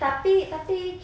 tapi tapi